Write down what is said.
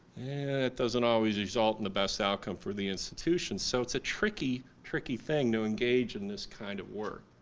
doesn't always result in the best outcome for the institution so it's a tricky, tricky thing to engage in this kind of work.